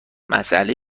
مسئله